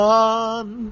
one